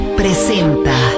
presenta